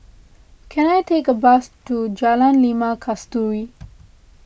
can I take a bus to Jalan Limau Kasturi